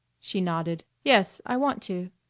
she nodded. yes. i want to.